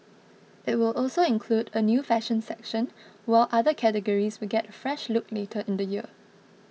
it will also include a new fashion section while other categories will get a fresh look later in the year